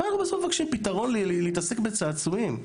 פתרון להתעסק בצעצועים.